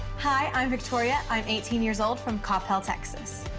hi i'm victoria, i'm eighteen years old, from coppell, texas.